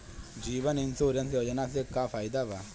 जीवन insurance योजना से का फायदा बा?